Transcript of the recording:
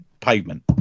pavement